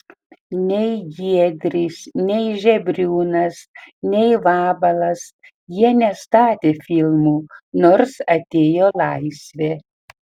nei giedrys nei žebriūnas nei vabalas jie nestatė filmų nors atėjo laisvė